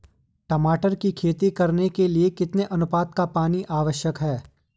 टमाटर की खेती करने के लिए कितने अनुपात का पानी आवश्यक है?